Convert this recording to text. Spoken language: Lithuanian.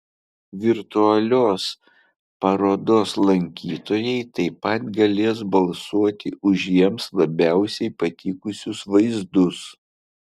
virtualios parodos lankytojai taip pat galės balsuoti už jiems labiausiai patikusius vaizdus